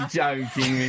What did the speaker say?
joking